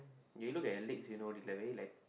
you look at the legs you know it's like very like